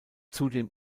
zudem